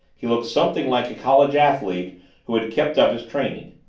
he looked something like a college athlete who had kept up his training,